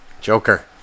Joker